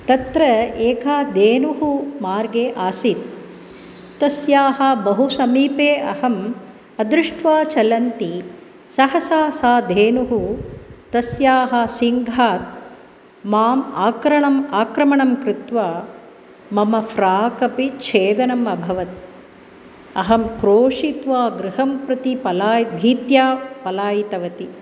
तत्र एका धेनुः मार्गे आसीत् तस्याः बहुसमीपे अहम् अदृष्ट्वा चलन्ती सहसा सा धेनुः तस्याः सिङ्घात् माम् आक्रणम् आक्रमणं कृत्वा मम फ़्राक् अपि छेदनम् अभवत् अहं क्रोशित्वा गृहं प्रति पला भीत्या पलायितवती